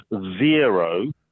zero